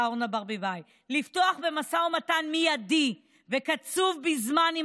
אורנה ברביבאי לפתוח במשא ומתן מיידי וקצוב בזמן עם